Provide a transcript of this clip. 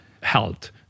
health